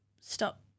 stop –